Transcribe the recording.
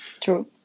True